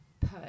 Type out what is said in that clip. put